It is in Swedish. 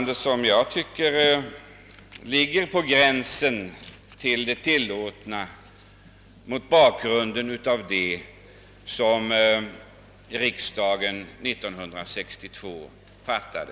Det är ett uppträdande som ligger på gränsen för det tillåtna mot bakgrunden av det beslut som riksdagen år 1962 fattade.